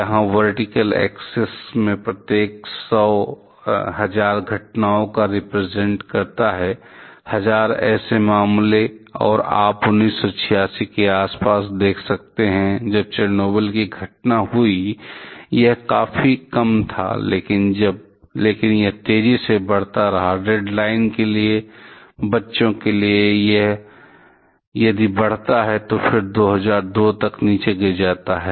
यहाँ vertical axis प्रत्येक 1000 घटनाओं का रिप्रेजेंट करता है 1000 ऐसे मामले और आप 1986 के आसपास देख सकते हैं जब चेरनोबिल की घटना हुई थी यह काफी कम था लेकिन यह तेजी से बढ़ता रहा रेडलाइन के लिए यह बच्चों के लिए है कि यह बढ़ता है और फिर 2002 तक नीचे गिर जाता है